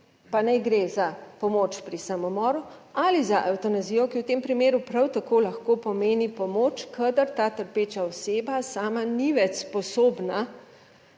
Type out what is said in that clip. pa naj gre za pomoč pri samomoru ali za evtanazijo, ki v tem primeru prav tako lahko pomeni pomoč, kadar ta trpeča oseba sama ni več sposobna